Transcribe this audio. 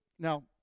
Now